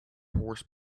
horse